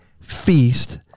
feast